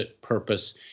purpose